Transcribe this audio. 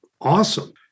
awesome